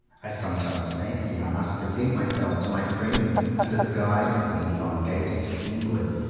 i sometimes fancy i must present myself to my friends under the guise of an elongated penguin,